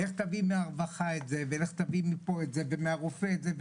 לך תביא מהרווחה את זה ומהרופא את זה,